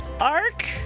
Ark